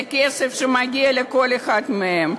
זה כסף שמגיע לכל אחד מהם.